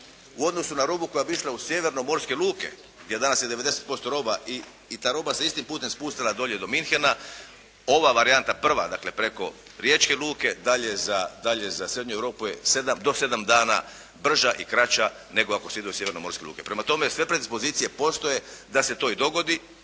u odnosu na robu koja bi išla u sjevernomorske luke, jer danas je 90% roba, i ta roba se istim putem spustila dolje do Munchena, ova varijanta prva, dakle preko Riječke luke, dalje za, dalje za Srednju Europu je do 7 dana brža i kraća nego ako se ide u sjevernomorske luke. Prema tome, s te predispozicije postoje da se to i dogodi